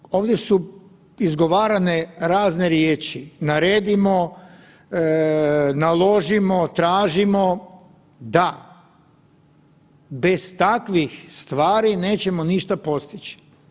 Dakle, ovdje su izgovarane razne riječi naredimo, naložimo, tražimo, da bez takvih stvari nećemo ništa postići.